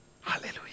Hallelujah